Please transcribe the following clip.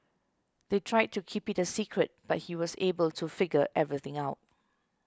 they tried to keep it a secret but he was able to figure everything out